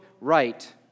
right